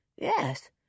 Yes